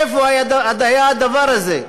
איפה היה הדבר הזה?